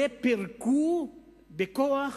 פירקו בכוח,